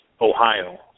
Ohio